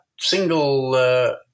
single